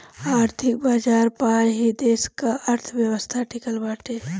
आर्थिक बाजार पअ ही देस का अर्थव्यवस्था टिकल बाटे